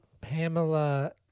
Pamela